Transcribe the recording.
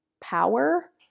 power